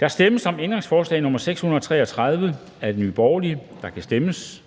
Der stemmes om ændringsforslag nr. 634 af NB, og der kan stemmes.